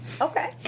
Okay